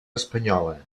espanyola